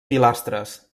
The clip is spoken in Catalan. pilastres